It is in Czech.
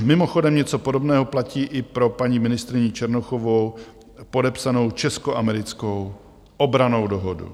Mimochodem něco podobného platí i pro paní ministryní Černochovou podepsanou českoamerickou obrannou dohodu.